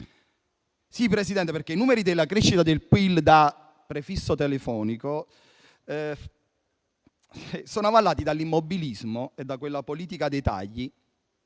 Sì, perché i numeri della crescita del PIL da prefisso telefonico sono avallati dall'immobilismo e da quella politica dei tagli